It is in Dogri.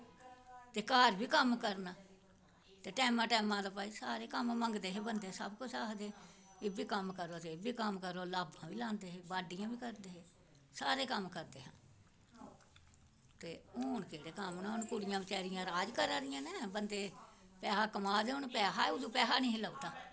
ते घर बी कम्म करना ते भई टैमां टैमां दा भई सारे कम्म मंग्गदे हे बंदे सब कुछ आक्खदे एह्बी कम्म करो ते एह्बी कम्म करो ओह् बाड्ढियां बी करदे हे ते सारे कम्म करदे हे हून केह् कम्म न हून ते कुड़ियां राज करा दियां न पैसा कमा दे न हून पैह्लें पैसा निं हा लभदा